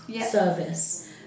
service